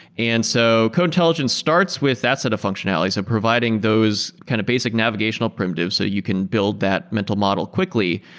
and so code intelligence starts with that set of functionality. so providing those kind of basic navigational primitives so you can build that mental model quickly.